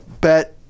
bet